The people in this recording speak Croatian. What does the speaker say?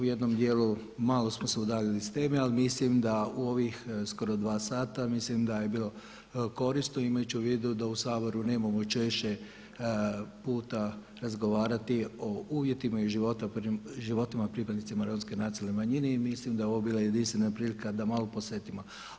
U jednom dijelu malo smo se udaljili od teme ali mislim da u ovih skoro dva sata mislim da je bilo korist imajući u vidu da u Saboru nemamo često puta razgovarati o uvjetima i životima pripadnicima Romske nacionalne manjine i mislim da je ovo bila jedinstvena prilika da malo posvetimo.